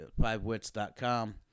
fivewits.com